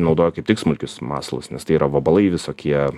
naudoja kaip tik smulkius masalus nes tai yra vabalai visokie